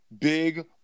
Big